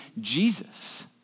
Jesus